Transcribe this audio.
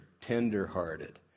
tender-hearted